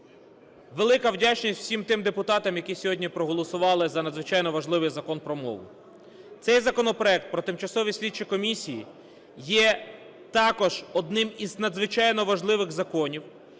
Велика вдячність всім тим депутатам, які сьогодні проголосували за надзвичайно важливий Закон про мову. Цей законопроект про тимчасові слідчі комісії є також одним із надзвичайно важливих законів,